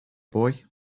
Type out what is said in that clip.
boy